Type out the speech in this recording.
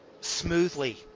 smoothly